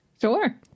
sure